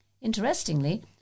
Interestingly